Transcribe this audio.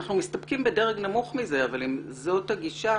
אנחנו מסתפקים בדרג נמוך מזה, אבל אם זאת הגישה